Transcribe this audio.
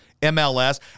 MLS